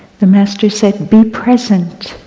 the master said be present.